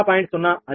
0 అని